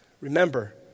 remember